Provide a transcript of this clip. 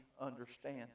understand